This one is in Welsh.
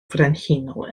frenhinol